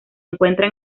encuentra